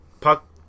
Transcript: Puck